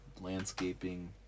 Landscaping